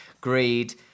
Greed